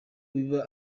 biba